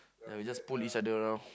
ya we just pull each other around